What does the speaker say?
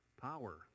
power